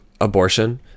abortion